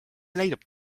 leidub